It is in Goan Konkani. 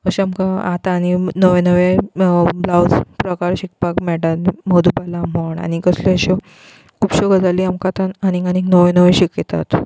अशें आमकां आतां आनी नवे नवे ब्लावज प्रकार शिकपाक मेळटात मधुबाला म्हण आनी कसले अशे खुबश्यो गजाली आमकां थंय आनीक आनीक नवें नवें शिकयतात